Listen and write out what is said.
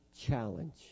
challenge